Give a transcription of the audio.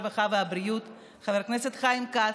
הרווחה והבריאות חבר הכנסת חיים כץ,